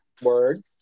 Word